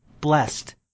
blessed